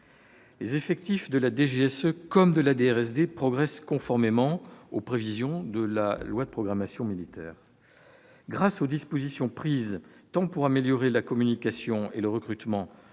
Les effectifs de la DGSE comme de la DRSD progressent conformément aux prévisions de la loi de programmation militaire. Grâce aux dispositions prises, tant pour améliorer la communication et le recrutement